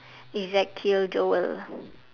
ezekiel joel